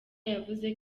yavuze